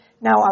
Now